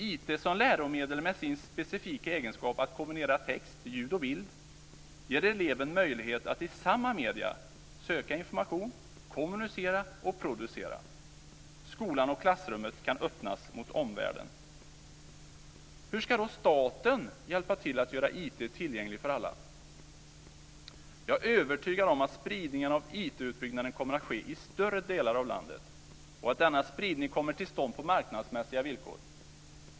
IT som läromedel, med sin specifika egenskap att kombinera text, ljud och bild ger eleven möjlighet att i samma medium söka information, kommunicera och producera. Skolan och klassrummet kan öppnas mot omvärlden. Hur ska då staten hjälpa till att göra IT tillgänglig för alla? Jag är övertygad om att spridningen av IT kommer att ske i större delar av landet och att denna utbyggnad kommer till stånd på marknadsmässiga villkor.